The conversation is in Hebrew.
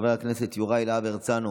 חבר הכנסת יוראי להב הרצנו,